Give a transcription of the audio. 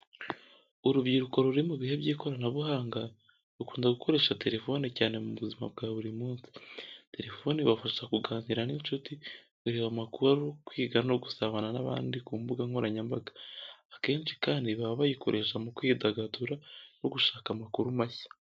Urubyiruko ruri mu bihe by’ikoranabuhanga rukunda gukoresha telephone cyane mu buzima bwa buri munsi. Telephone ibafasha kuganira n’inshuti, kureba amakuru, kwiga no gusabana n’abandi ku mbuga nkoranyambaga. Akenshi kandi baba bayikoresha mu kwidagadura no gushaka amakuru mashya.